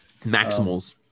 maximals